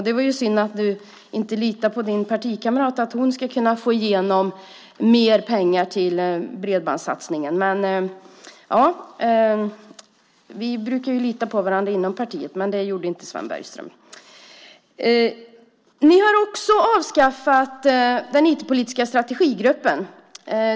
Det är ju synd att du inte litar på din partikamrat och på att hon kan få igenom mer pengar till bredbandssatsningen. Vi brukar lita på varandra inom partiet. Det gjorde inte Sven Bergström. Ni har också avskaffat den IT-politiska strategigruppen.